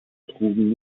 trugen